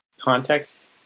context